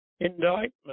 indictment